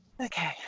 Okay